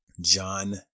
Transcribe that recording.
John